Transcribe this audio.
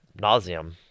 nauseum